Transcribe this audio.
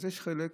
יש חלק